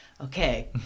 Okay